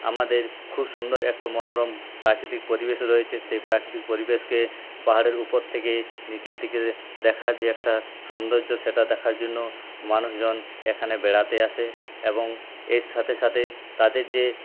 আমাদের খুব সুন্দর একটা মনোরম প্রাকৃতিক পরিবেশ রয়েছে সেই প্রাকৃতিক পরিবেশকে পাহাড়ের উপর থেকে নিচের দিকে দেখার যে একটা সৌন্দর্য্য সেটা দেখার জন্য মানুষজন এখানে বেড়াতে আসে এবং এর সাথে সাথে তাদের যে